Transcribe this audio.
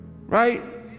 Right